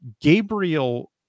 Gabriel